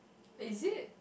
is it